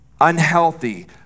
unhealthy